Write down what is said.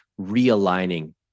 realigning